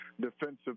defensive